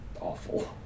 awful